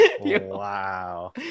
wow